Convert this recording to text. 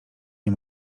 nie